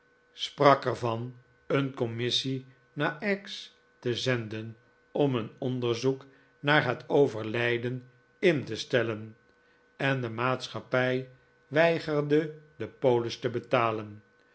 sprak er van een commissie naar aix te zenden om een onderzoek naar het overlijden in te stellen en de maatschappij weigerde de polis te betalen